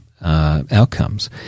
outcomes